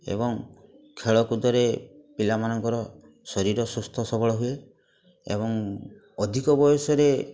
ଏବଂ ଖେଳକୁଦରେ ପିଲାମାନଙ୍କର ଶରୀର ସୁସ୍ଥ ସବଳ ହୁଏ ଏବଂ ଅଧିକ ବୟସରେ